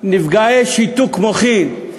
נפגעי שיתוק מוחין,